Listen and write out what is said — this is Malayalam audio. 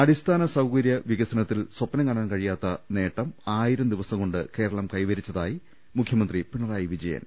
അടിസ്ഥാന സൌകര്യ വികസനത്തിൽ സ്വപ്നം കാണാൻകഴിയാത്ത നേട്ടം ആയിരംദിവസംകൊണ്ട് കേരളം കൈവരിച്ചതായി മുഖ്യമന്ത്രി പിണറായി വിജയൻ